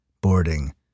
boarding